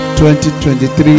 2023